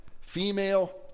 Female